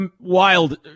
wild